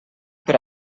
per